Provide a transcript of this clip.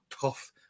tough